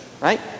right